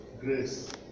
grace